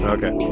Okay